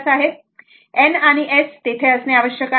N आणि S तेथे असणे आवश्यक आहे